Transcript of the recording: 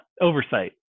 oversight